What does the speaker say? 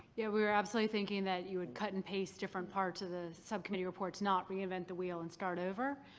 yeah, we were absolutely thinking that you would cut-and-paste different parts of the subcommittee reports, not reinvent the wheel and start over.